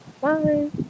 Bye